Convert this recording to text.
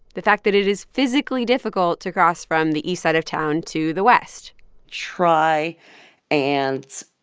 the fact that it is physically difficult to cross from the east side of town to the west try and,